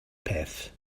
peth